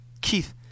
Keith